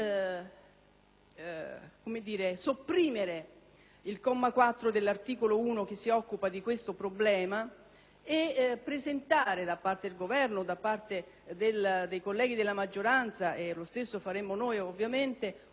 di sopprimere il comma 4 dell'articolo 1 che si occupa di questo problema e presentare, da parte del Governo o dei colleghi della maggioranza (lo stesso faremo noi ovviamente), un